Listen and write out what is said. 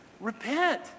Repent